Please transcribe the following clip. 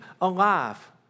alive